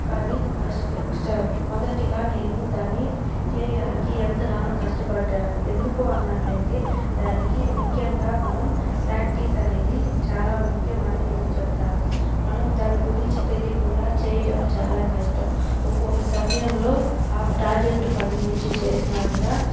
కానీ ఫస్ట్ స్ట మొదటిగా నేను దాన్ని చేయడానికి ఎంతగానో కష్టపడ్డాను ఎందుకు అన్నట్లయితే దానికి ముఖ్యంగా మనం ప్రాక్టీస్ అనేది చాలా ముఖ్యమని నేను చెప్తాను మనం దాని గురించి తెలియకుండా చేయడం చాలా కష్టం ఒక్కొక్క సమయంలో ఆ ప్రాజెక్టు పని నుంచే చేసినా కూడా